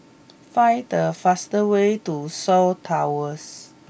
find the fast way to Shaw Towers